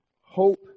hope